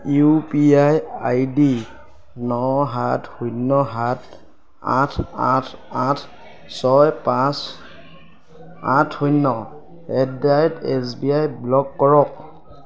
U P I I D ন সাত শূন্য সাত আঠ আঠ আঠ ছয় পাঁচ আঠ শূন্য at the rate S B I block কৰক